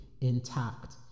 intact